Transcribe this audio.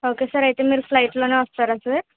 okay sir అయితే మీరు ఫ్లైట్లోనే వస్తారా సార్